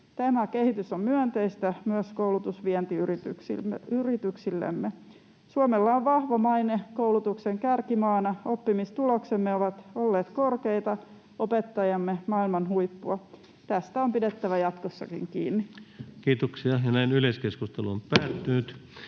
Tämä kehitys on myönteistä myös koulutusvientiyrityksillemme. Suomella on vahva maine koulutuksen kärkimaana. Oppimistuloksemme ovat olleet korkeita, opettajamme maailman huippua. Tästä on pidettävä jatkossakin kiinni.